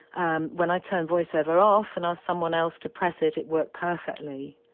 um when i turned voiceover off and asked someone else to press it, it worked perfectly